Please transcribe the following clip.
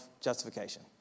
justification